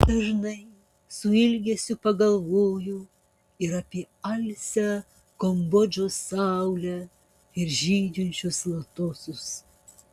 dažnai su ilgesiu pagalvoju ir apie alsią kambodžos saulę ir žydinčius lotosus